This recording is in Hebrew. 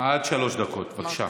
עד שלוש דקות, בבקשה.